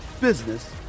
business